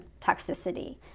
toxicity